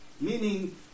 meaning